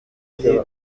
iri